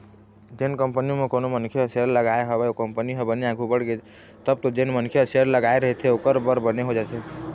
जेन कंपनी म कोनो मनखे ह सेयर लगाय हवय ओ कंपनी ह बने आघु बड़गे तब तो जेन मनखे ह शेयर लगाय रहिथे ओखर बर बने हो जाथे